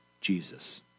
Jesus